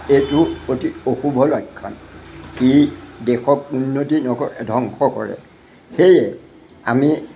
এইটো অতি অশুভ লক্ষণ ই দেশক উন্নতি নকৰে ধ্বংস কৰে সেয়ে আমি